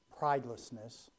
pridelessness